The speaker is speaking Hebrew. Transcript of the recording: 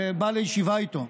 בא לישיבה איתו.